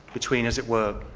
between, as it were,